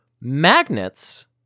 magnets